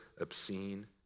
obscene